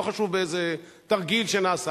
לא חשוב באיזה תרגיל שנעשה,